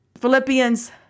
Philippians